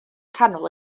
canol